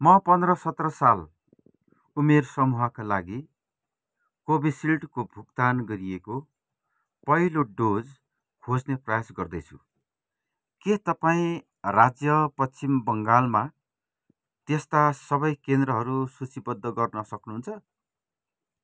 म पन्ध्र सत्र साल उमेर समूहका लागि कोभिसिल्डको भुक्तान गरिएको पहिलो डोज खोज्ने प्रयास गर्दैछु के तपाईँँ राज्य पश्चिम बङ्गालमा त्यस्ता सबै केन्द्रहरू सूचीबद्ध गर्न सक्नुहुन्छ